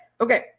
okay